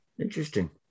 Interesting